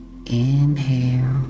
Inhale